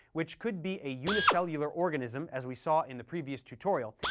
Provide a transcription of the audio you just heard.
which could be a unicellular organism as we saw in the previous tutorial,